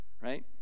right